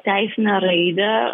teisinę raidę